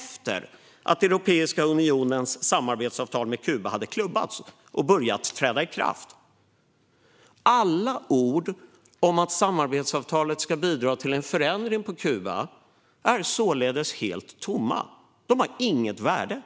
- att Europeiska unionens samarbetsavtal med Kuba hade klubbats och trätt i kraft. Alla ord om att samarbetsavtalet ska bidra till en förändring på Kuba är således helt tomma. De har inget värde.